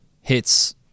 hits